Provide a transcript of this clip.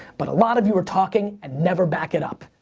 but a lot of you are talking and never back it up,